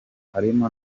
harimo